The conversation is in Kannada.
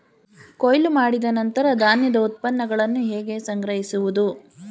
ಕೊಯ್ಲು ಮಾಡಿದ ನಂತರ ಧಾನ್ಯದ ಉತ್ಪನ್ನಗಳನ್ನು ಹೇಗೆ ಸಂಗ್ರಹಿಸುವುದು?